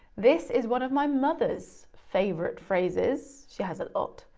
this is one of my mother's favourite phrases, she has a lot.